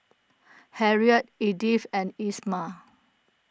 Harriett Edyth and Isamar